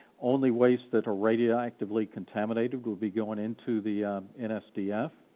only wastes that are radioactively contaminated will be going into the nsdf,